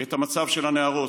את המצב של הנערות.